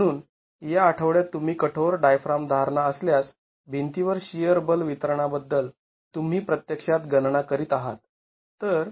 म्हणून या आठवड्यात तुम्ही कठोर डायफ्राम धारणा असल्यास भिंतीवर शिअर बल वितरणाबद्दल तुम्ही प्रत्यक्षात गणना करीत आहात